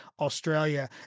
Australia